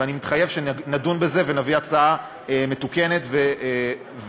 ואני מתחייב שנדון בזה ונביא הצעה מתוקנת ואפקטיבית.